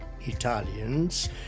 Italians